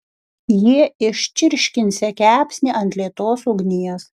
jie iščirškinsią kepsnį ant lėtos ugnies